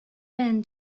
been